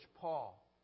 Paul